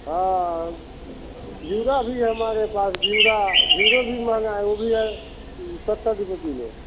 हाँ भी है हमारे पास भी महँगा है ऊ भी है सत्तर रुपए कीलो